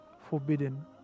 forbidden